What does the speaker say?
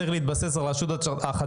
רציך להתבסס על רשות התחרות.